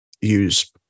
use